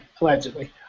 allegedly